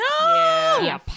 No